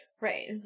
Right